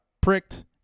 pricked